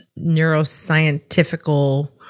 neuroscientifical